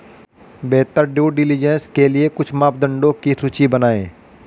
बेहतर due diligence के लिए कुछ मापदंडों की सूची बनाएं?